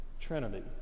Trinity